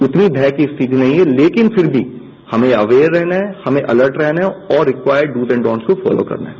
उतनी भय की स्थिति नहीं है लेकिन फिर भी हमें अवेयर रहना है हमें अलर्ट रहना है और रिक्वायर्ड डूज एंड डोन्ट्स को फोलो करना है